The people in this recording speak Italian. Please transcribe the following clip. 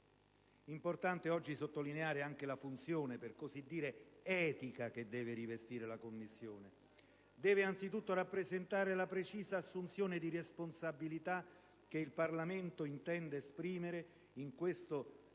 importante oggi sottolineare anche la funzione per così dire etica che deve rivestire la Commissione. Essa, infatti, deve anzitutto rappresentare la precisa assunzione di responsabilità che il Parlamento intende esprimere in questo